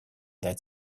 that